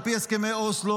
על פי הסכמי אוסלו,